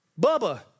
Bubba